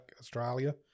Australia